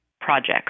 projects